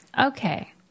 Okay